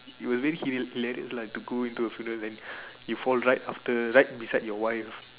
we were very humiliated like to go into the funeral you fall right after right beside your wife